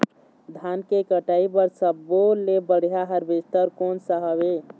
धान के कटाई बर सब्बो ले बढ़िया हारवेस्ट कोन सा हवए?